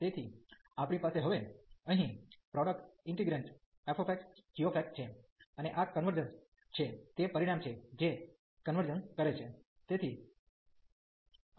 તેથી આપણી પાસે હવે અહીં પ્રોડ્કટ ઇન્ટિગ્રેન્ટ fxgx છે અને આ કન્વર્ઝસ છે તે પરિણામ છે તે કન્વર્ઝસ કરે છે